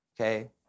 okay